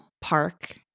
Park